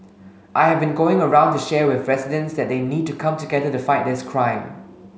I have been going around to share with residents that they need to come together to fight this crime